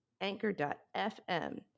anchor.fm